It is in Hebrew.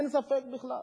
אין ספק בכלל.